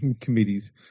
Committees